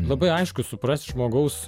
labai aiškus suprasti žmogaus